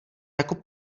jako